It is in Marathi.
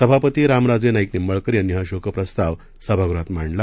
सभापती रामराजे नाईक निंबाळकर यांनी हा शोकप्रस्ताव सभागृहात मांडला